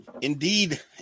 Indeed